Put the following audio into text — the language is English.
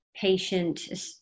patient